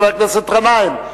חבר הכנסת גנאים,